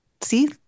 See